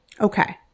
Okay